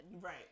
right